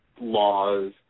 laws